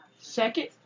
second